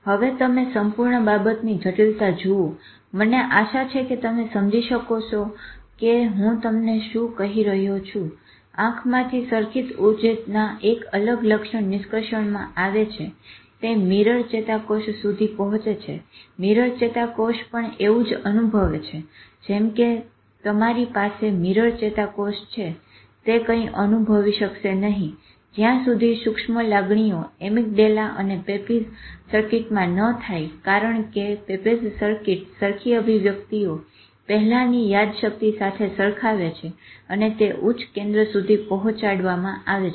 હવે તમે સંપૂર્ણ બાબતની જટિલતા જુઓ મને આશા છે કે તમે સમજી શકશો કે હું તમને શું કહી રહ્યો છું કે આંખમાંથી સરખી જ ઉતેજના એક અલગ લક્ષણ નિષ્કર્ષણમાં આવે છે તે મીરર ચેતાકોષ સુધી પહોંચે છે મીરર ચેતાકોષ પણ એવું જ અનુભવે છે જેમ કે જે તમારી પાસે મીરર ચેતાકોષ છે તે કઈ અનુભવી શકશે નહિ જ્યાં સુધી સુક્ષ્મ લાગણીઓ એમીગડાલા અને પેપેઝ સર્કિટમાં ન થાય કારણ કે પેપેઝ સર્કિટ સરખી અભિવ્યક્તિઓ પહેલાની યાદશક્તિ સાથે સરખાવે છે અને તે ઉચ્ચ કેન્દ્ર સુધી પહોચાડવામાં આવે છે